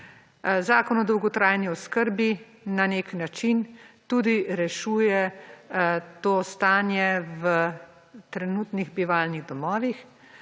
Zakon o dolgotrajni oskrbi na nek način tudi rešuje to stanje v trenutnih bivalnih domovih,